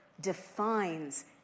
defines